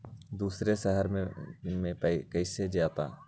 दूसरे शहर मे कैसे जाता?